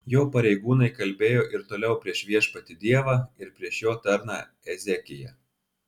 jo pareigūnai kalbėjo ir toliau prieš viešpatį dievą ir prieš jo tarną ezekiją